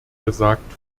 gesagt